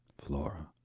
Flora